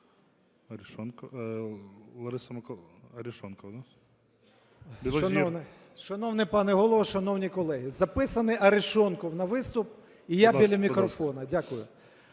Шановний пане Голово, шановні колеги! Записаний Арешонков на виступ, і я біля мікрофона. Дякую.